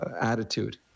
attitude